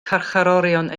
carcharorion